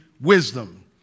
wisdom